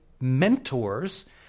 mentors